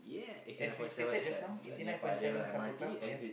as we stated just now eighty nine point seven Supper Club ya